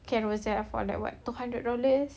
carousell for at like two hundred dollars